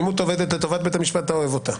כשהעמימות עובדת לטובת בית המשפט, אתה אוהב אותה.